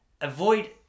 Avoid